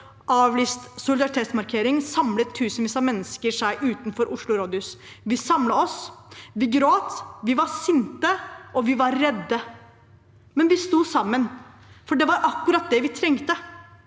avlyste solidaritetsmarkeringen samlet tusenvis av mennesker seg utenfor Oslo rådhus. Vi samlet oss, vi gråt, vi var sinte, og vi var redde. Men vi sto sammen, for det var akkurat det vi trengte.